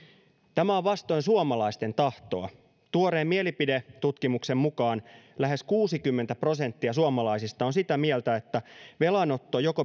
tämä on vastoin suomalaisten tahtoa tuoreen mielipidetutkimuksen mukaan lähes kuusikymmentä prosenttia suomalaisista on sitä mieltä että joko velanotto